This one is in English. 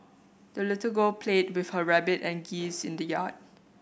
the little girl played with her rabbit and geese in the yard